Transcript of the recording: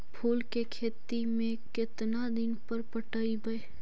फूल के खेती में केतना दिन पर पटइबै?